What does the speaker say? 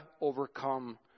overcome